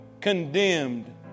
condemned